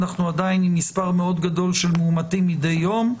אנחנו עדיין עם מספר מאוד גדול של מאומתים מידי יום,